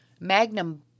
Magnum